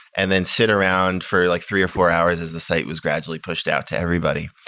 and then sit around for like three or four hours as the site was gradually pushed out to everybody.